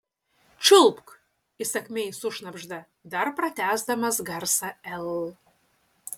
čiulpk įsakmiai sušnabžda dar patęsdamas garsą l